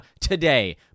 today